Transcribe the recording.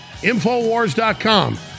Infowars.com